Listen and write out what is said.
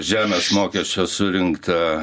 žemės mokesčio surinkta